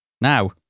Now